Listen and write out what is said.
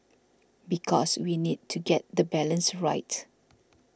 because we need to get the balance right